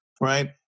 right